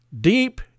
deep